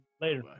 Later